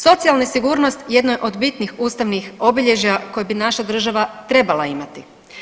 Socijalna sigurnost jedna je od bitnih ustavnih obilježja koje bi naša država trebala imati.